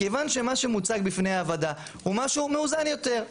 מכיוון שמה שמוצג בפני הוועדה הוא משהו מאוזן יותר,